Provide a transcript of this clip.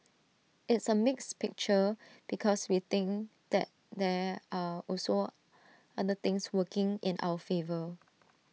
it's A mixed picture because we think that there are also other things working in our favour